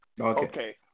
Okay